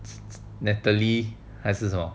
natalie 还是什么